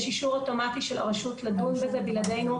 יש אישור אוטומטי של הרשות לדון בזה בלעדינו.